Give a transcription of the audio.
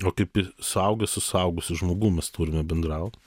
o kaip į suaugęs su suaugusiu žmogum mes turime bendraut